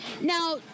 Now